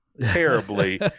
terribly